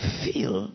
feel